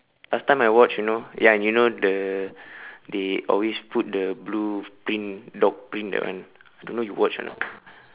last time I watched you know ya you know the they always put the blue print dog print that one I don't know if you watched or not